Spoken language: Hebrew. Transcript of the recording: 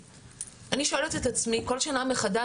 אני שואלת את עצמי כל שנה מחדש,